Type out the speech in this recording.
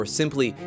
simply